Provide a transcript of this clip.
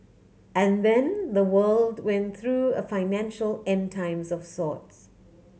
and then the world went through a financial End Times of sorts